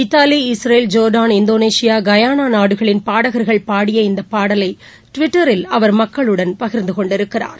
Italy Israel Jordan Indonesia Guyana நாடுகளின் பாடகர்கள் பாடிய இந்தபாடவைடுவிட்டரில் அவர் மக்களுடன் பகிர்ந்துகொண்டிருக்கிறார்